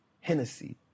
Hennessy